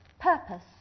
purpose